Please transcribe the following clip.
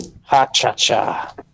ha-cha-cha